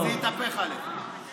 זה יתהפך עליך.